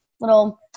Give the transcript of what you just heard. little